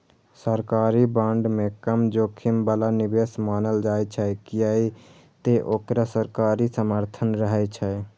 सरकारी बांड के कम जोखिम बला निवेश मानल जाइ छै, कियै ते ओकरा सरकारी समर्थन रहै छै